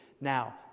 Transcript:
Now